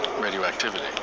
Radioactivity